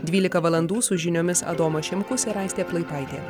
dvylika valandų su žiniomis adomas šimkus ir aistė plaipaitė